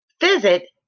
visit